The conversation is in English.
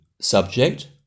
subject